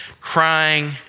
Crying